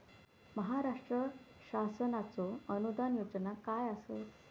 महाराष्ट्र शासनाचो अनुदान योजना काय आसत?